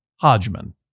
Hodgman